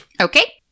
Okay